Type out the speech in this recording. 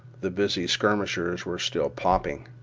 the busy skirmishers were still popping.